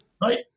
Right